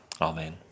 Amen